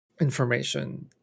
information